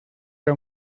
era